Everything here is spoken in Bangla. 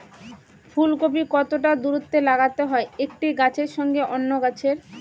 ফুলকপি কতটা দূরত্বে লাগাতে হয় একটি গাছের সঙ্গে অন্য গাছের?